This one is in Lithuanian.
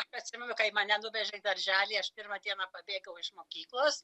atsimenu kai mane nuvežė į darželį aš pirmą dieną pabėgau iš mokyklos